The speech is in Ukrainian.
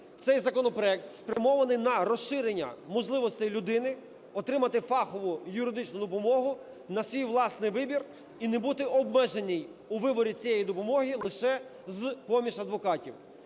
цей законопроект спрямований на розширення можливостей людини отримати фахову юридичну допомогу на свій власний вибір і не бути обмеженим у виборі цієї допомоги лише з-поміж адвокатів.